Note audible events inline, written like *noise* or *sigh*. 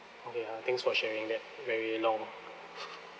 okay uh thanks for sharing that very long *laughs*